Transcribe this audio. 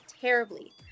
terribly